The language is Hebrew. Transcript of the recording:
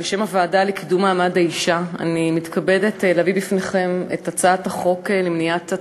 בשם הוועדה לקידום מעמד האישה אני מתכבדת להביא בפניכם ביום החשוב